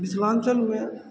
मिथिलाञ्चलमे